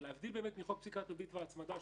אבל להבדיל מחוק פסיקת ריבית והצמדה,